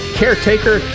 caretaker